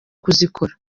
kuzikora